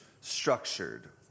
structured